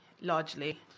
largely